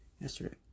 yesterday